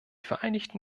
vereinigten